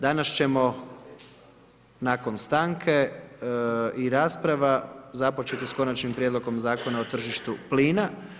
Danas ćemo nakon stanke i rasprava započeti s Konačnim prijedlogom Zakona o tržištu plina.